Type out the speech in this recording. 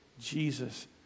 Jesus